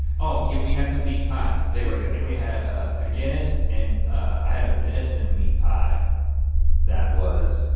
oh yeah we had some meat pies, they were good. and we had a guinness and i had a venison meat pie that was,